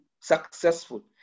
successful